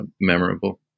memorable